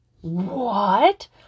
What